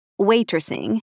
waitressing